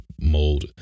mold